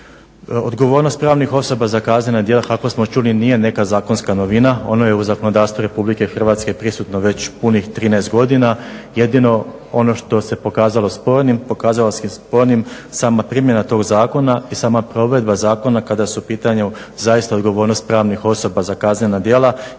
Odgovornost pravnih osoba za kaznena djela kako smo čuli nije neka zakonska novina, ono je u zakonodavstvu RH prisutno već punih 13 godina, jedino ono što se pokazalo spornim pokazalo se spornim sama primjena tog zakona i sama provedba zakona kada su u pitanju zaista odgovornost pravnih osoba za kaznena djela